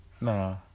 Nah